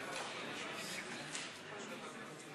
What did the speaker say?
הזמן תם.